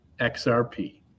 XRP